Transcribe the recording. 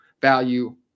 value